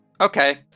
okay